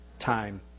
Time